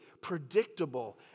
predictable